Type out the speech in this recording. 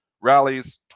rallies